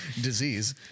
disease